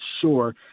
sure